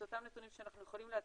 את אותם נתונים שאנחנו יכולים להציג,